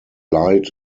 light